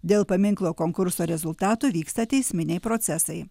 dėl paminklo konkurso rezultatų vyksta teisminiai procesai